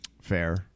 Fair